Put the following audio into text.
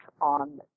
on